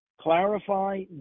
clarify